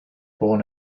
born